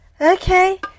okay